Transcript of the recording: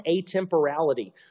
atemporality